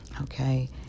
Okay